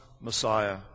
Messiah